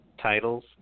titles